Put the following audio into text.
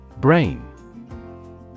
Brain